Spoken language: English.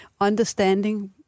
understanding